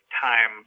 time